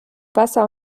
wasser